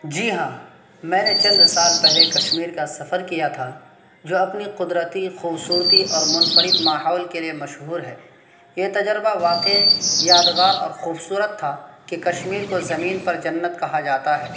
جی ہاں میں نے چند سال پہلے کشمیر کا سفر کیا تھا جو اپنی قدرتی خوبصورتی اور منفرد ماحول کے لیے مشہور ہے یہ تجربہ واقعی یادگار اور خوبصورت تھا کہ کشمیر کو زمین پر جنت کہا جاتا ہے